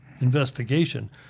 investigation